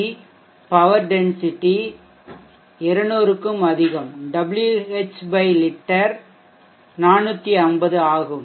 W kg power density 200 Wh litre 450 ஆகும்